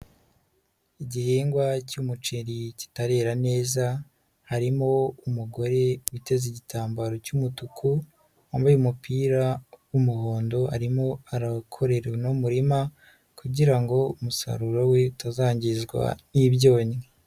Igihingwa cy'umuceri kitarera neza, harimo umugore witeze igitambaro cy'umutuku, wambaye umupira w'umuhondo arimo arakorera uno murima kugira ngo umusaruro we utazangizwa n'ibyonnyi.